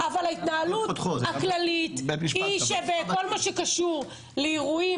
אבל ההתנהלות הכללית היא שבכל מה שקשור לאירועים